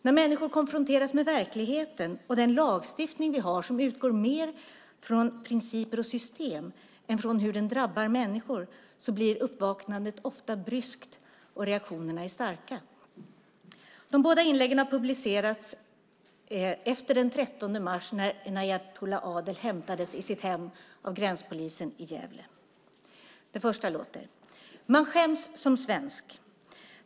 När människor konfronteras med verkligheten och den lagstiftning vi har, som utgår mer från principer och system än från hur den drabbar människor, blir uppvaknandet ofta bryskt och reaktionerna starka. De båda inläggen har publicerats efter den 13 mars när Enayatullah Adel hämtades i sitt hem av gränspolisen i Gävle. Det första lyder: Man skäms som svensk.